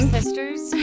sisters